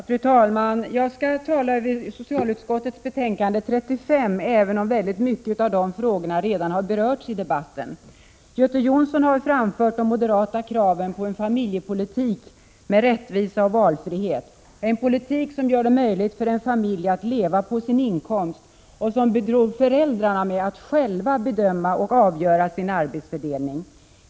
Fru talman! Jag skall tala över socialutskottets betänkande 35, även om många av de frågor som tas upp där redan har berörts i debatten. Göte Jonsson har framfört de moderata kraven på en familjepolitik med rättvisa och valfrihet: En politik som gör det möjligt för en familj att leva på sin inkomst och betror föräldrarna med att själva bedöma och avgöra sin arbetsfördelning.